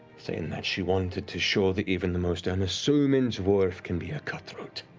saying that she wanted to show that even the most unassuming dwarf can be a cutthroat.